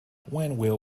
will